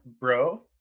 bro